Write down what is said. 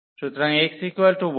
সুতরাং x 1